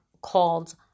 called